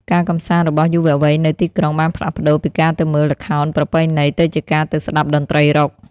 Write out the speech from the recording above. ការកម្សាន្តរបស់យុវវ័យនៅទីក្រុងបានផ្លាស់ប្តូរពីការទៅមើលល្ខោនប្រពៃណីទៅជាការទៅស្តាប់តន្ត្រីរ៉ុក។